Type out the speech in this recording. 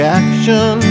action